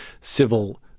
civil